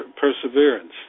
perseverance